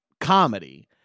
comedy